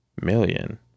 Million